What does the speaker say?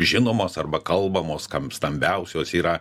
žinomos arba kalbamos kam stambiausios yra